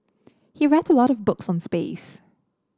he read a lot of books on space